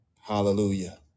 Hallelujah